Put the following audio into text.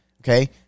Okay